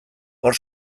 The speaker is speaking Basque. hor